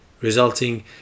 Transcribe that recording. resulting